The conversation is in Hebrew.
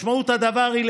משמעות הדבר היא,